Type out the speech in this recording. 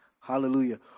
Hallelujah